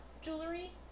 jewelry